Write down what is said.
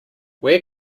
where